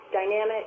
Dynamic